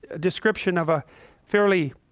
description of a fairly